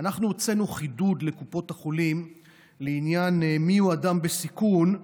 אנחנו הוצאנו חידוד לקופות החולים לעניין מיהו אדם בסיכון,